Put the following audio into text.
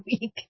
week